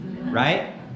Right